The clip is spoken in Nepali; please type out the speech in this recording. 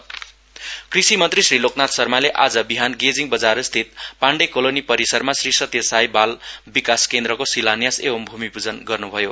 मिनिस्टर एलएन शर्मा कृषि मन्त्री श्री लोकनाथ शर्माले आज बिहान गेजिङ बजारस्थित पाण्डे कोलोनी परिसरमा श्री सत्य साई बाल विकास केन्द्रको शिलान्यास एवं भूमि पूजन गर्नुभयो